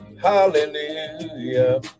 Hallelujah